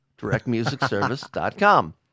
Directmusicservice.com